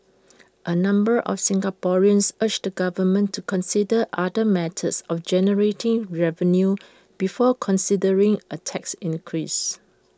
A number of Singaporeans urged the government to consider other methods of generating revenue before considering A tax increase